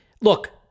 look